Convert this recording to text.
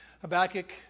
Habakkuk